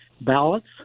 ballots